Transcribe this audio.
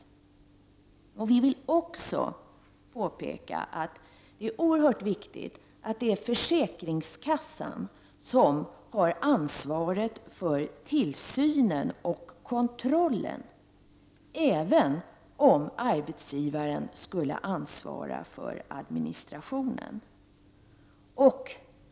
För det andra vill vi också påpeka att det är oerhört viktigt att det är försäkringskassan som har ansvaret för tillsynen och kontrollen, även om arbetsgivaren skulle ansvara för administrationen.